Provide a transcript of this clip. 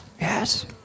Yes